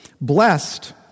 blessed